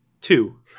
Two